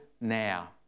now